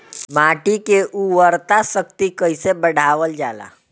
माटी के उर्वता शक्ति कइसे बढ़ावल जाला?